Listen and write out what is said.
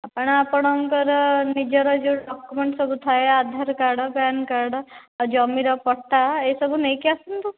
ଆପଣ ଆପଣଙ୍କର ନିଜର ଯେଉଁ ଡକ୍ୟୁମେଣ୍ଟ ସବୁ ଥାଏ ଆଧାର କାର୍ଡ ପ୍ୟାନ କାର୍ଡ ଆଉ ଜମିର ପଟ୍ଟା ଏହି ସବୁ ନେଇକି ଆସନ୍ତୁ